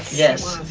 yes,